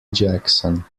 jackson